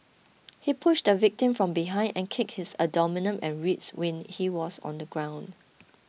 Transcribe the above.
he pushed the victim from behind and kicked his and ribs when he was on the ground